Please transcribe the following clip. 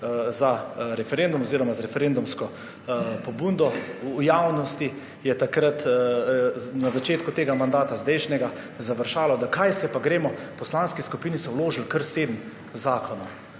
ta naš zakon z referendumsko pobudo. V javnosti je takrat na začetku tega mandata, zdajšnjega, završalo, da kaj se pa gremo, v poslanski skupini so vložili kar sedem zakonov,